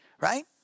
right